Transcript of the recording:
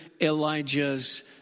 Elijah's